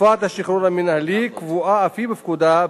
תקופת השחרור המינהלי קבועה אף היא בפקודה,